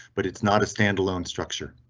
but it's not a standalone structure.